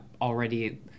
already